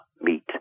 meet